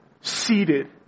seated